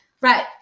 right